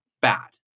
bad